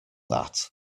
that